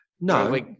no